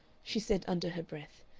she said, under her breath,